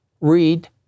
read